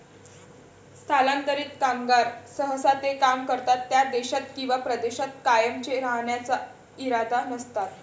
स्थलांतरित कामगार सहसा ते काम करतात त्या देशात किंवा प्रदेशात कायमचे राहण्याचा इरादा नसतात